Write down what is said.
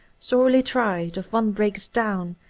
sorely tried, of one breaks down,